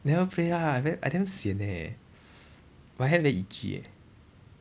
never play ah I ver~ I damn sian eh my hand very itchy eh